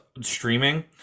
streaming